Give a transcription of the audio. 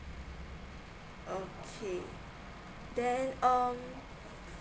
okay then um